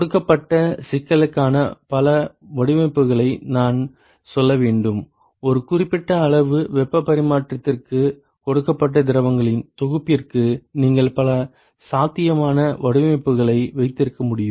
கொடுக்கப்பட்ட சிக்கலுக்கான பல வடிவமைப்புகளை நான் சொல்ல வேண்டும் ஒரு குறிப்பிட்ட அளவு வெப்ப பரிமாற்றத்திற்கு கொடுக்கப்பட்ட திரவங்களின் தொகுப்பிற்கு நீங்கள் பல சாத்தியமான வடிவமைப்புகளை வைத்திருக்க முடியும்